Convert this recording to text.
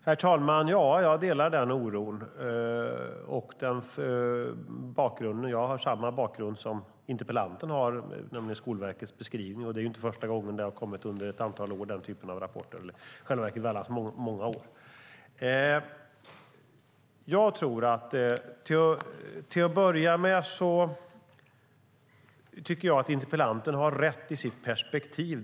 Herr talman! Ja, jag delar den oron. Jag har samma bakgrund som interpellanten, nämligen Skolverkets beskrivning. Den typen av rapporter har kommit under många år - detta är inte första gången. Till att börja med tycker jag att interpellanten har rätt perspektiv.